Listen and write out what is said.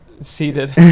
Seated